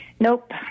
Nope